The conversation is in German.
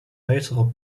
weiterer